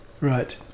Right